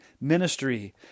ministry